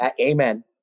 Amen